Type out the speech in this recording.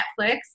Netflix